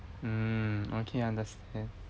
mm okay understand